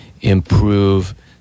improve